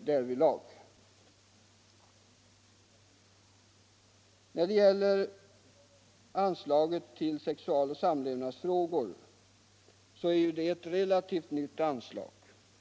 därvidlag. Anslaget till sexualoch samlevnadsfrågor är ett relativt nytt anslag.